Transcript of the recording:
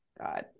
God